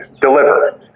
deliver